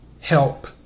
help